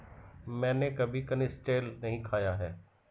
मैंने कभी कनिस्टेल नहीं खाया है